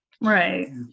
right